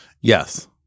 Yes